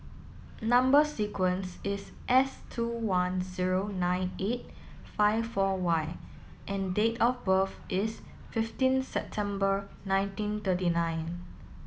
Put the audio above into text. number sequence is S two one zero nine eight five four Y and date of birth is fifteen September nineteen thirty nine